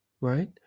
right